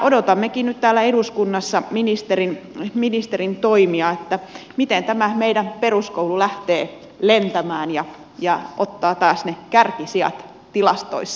odotammekin nyt täällä eduskunnassa ministerin toimia että miten tämä meidän peruskoulu lähtee lentämään ja ottaa taas ne kärkisijat tilastoissa